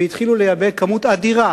והתחילו לייבא כמות אדירה